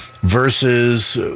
versus